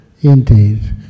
Indeed